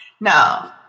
No